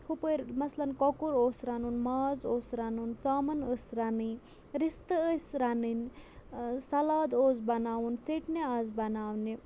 ہُپٲرۍ مَثلَن کۅکُر اوس رَنُن ماز اوس رَنُن ژامَن ٲسۍ رَنٕنۍ رِستہٕ ٲسۍ رَنٕنۍ سَلاد اوس بَناوُن ژیٚٹنہِ آسہٕ بَناونہِ